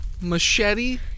machete